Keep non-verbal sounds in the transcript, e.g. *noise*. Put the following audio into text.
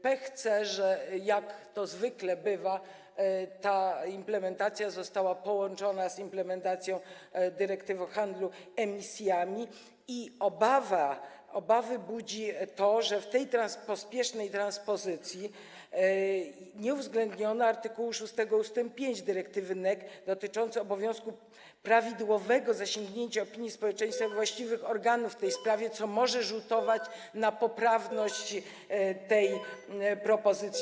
Pech chce, jak to zwykle bywa, że ta implementacja została połączona z implementacją dyrektywy w sprawie handlu emisjami, i obawy budzi to, że w tej pospiesznej transpozycji nie uwzględniono art. 6 ust. 5 dyrektywy NEC dotyczącego obowiązku prawidłowego zasięgnięcia opinii społeczeństwa i właściwych organów w tej sprawie, *noise* co może rzutować na poprawność tej propozycji.